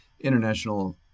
International